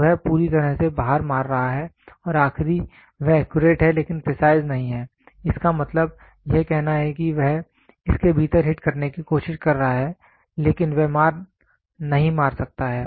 तो वह पूरी तरह से बाहर मार रहा है और आखिरी वह एक्यूरेट है लेकिन प्रिसाइज नहीं है इसका मतलब है यह कहना है कि वह इसके भीतर हिट करने की कोशिश कर रहा है लेकिन वह नहीं मार सकता है